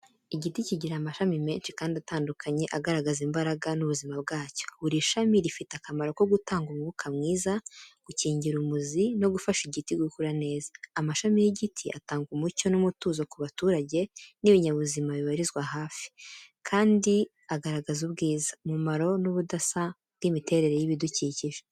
Igiti kigira amashami menshi kandi atandukanye agaragaza imbaraga n’ubuzima bwacyo. Buri shami rifite akamaro ko gutanga umwuka mwiza, gukingira umuzi no gufasha igiti gukura neza. Amashami y’igiti atanga umucyo n’umutuzo ku baturage n’ibinyabuzima bibarizwa hafi, kandi agaragaza ubwiza, umumaro n’Ubudasa bw’imiterere y’ibidukikije.